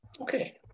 Okay